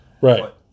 right